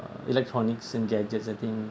uh electronics and gadgets I think